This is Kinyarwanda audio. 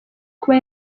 kuba